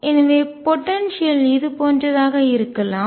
எனவேபோடன்சியல் ஆற்றல் இது போன்றதாக இருக்கலாம்